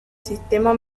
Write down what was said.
sistema